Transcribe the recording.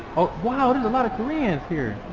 wow, there's a lot of koreans here!